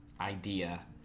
idea